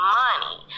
money